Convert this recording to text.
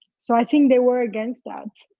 so i think they were against that,